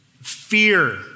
fear